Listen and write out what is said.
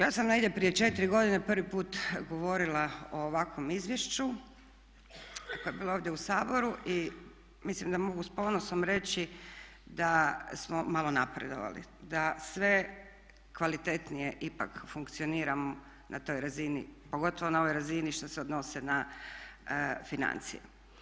Ja sam negdje prije 4 godine prvi put govorila o ovakvom izvješću koje je bilo ovdje u Saboru i mislim da mogu s ponosom reći da smo malo napredovali, da sve kvalitetnije ipak funkcioniramo na toj razini, pogotovo na ovoj razini što se odnosi na financije.